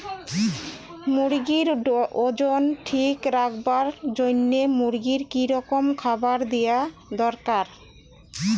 মুরগির ওজন ঠিক রাখবার জইন্যে মূর্গিক কি রকম খাবার দেওয়া দরকার?